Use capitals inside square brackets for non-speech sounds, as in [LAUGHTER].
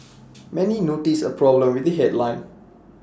[NOISE] many noticed A problem with the headline